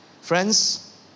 Friends